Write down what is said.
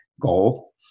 goal